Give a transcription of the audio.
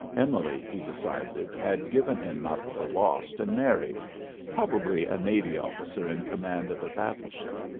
emily he decided, had given him up for lost and married probably a navy officer in command of a battle-ship.